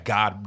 God